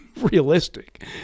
realistic